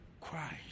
Christ